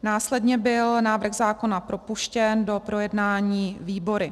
Následně byl návrh zákona propuštěn do projednání výbory.